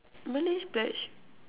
Malay pledge